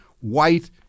white